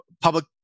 public